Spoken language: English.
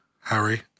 Harry